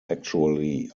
actually